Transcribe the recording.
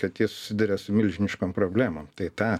kad jie susiduria su milžiniškom problemom tai ta